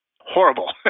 horrible